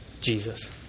Jesus